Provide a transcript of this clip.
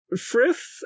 Frith